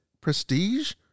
prestige